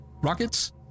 Rockets